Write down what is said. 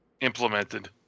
Implemented